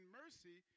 mercy